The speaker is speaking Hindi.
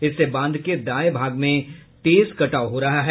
इससे बांध के दांये भाग में तेज कटाव हो रहा है